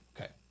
Okay